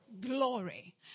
Glory